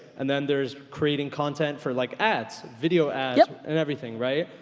and then there's creating content for like ads, video ads yeah and everything right?